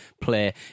play